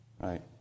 Right